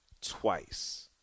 twice